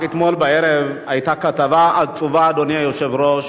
רק אתמול בערב היתה כתבה עצובה, אדוני היושב-ראש,